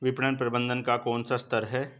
विपणन प्रबंधन का कौन सा स्तर है?